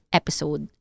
episode